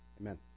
Amen